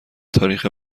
تاریخ